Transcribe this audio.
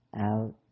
out